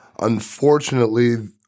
Unfortunately